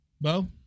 Bo